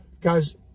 guys